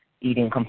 eating